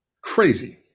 crazy